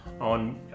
on